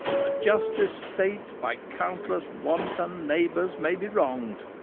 the justest state by countless wanton neighbors may be wronged,